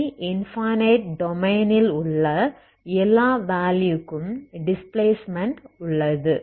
semi infinite டொமைனில் உள்ள எல்லா டைம் வேலுயுக்கும் டிஸ்பிளேஸ்ட்மென்ட் உள்ளது